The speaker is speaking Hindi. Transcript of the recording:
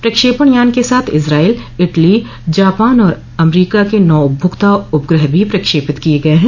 प्रक्षेपण यान के साथ इजराइल इटली जापान और अमेरीका के नौ उपभोक्ता उपग्रह भी प्रक्षेपित किए गए हैं